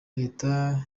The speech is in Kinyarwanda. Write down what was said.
leta